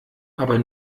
aber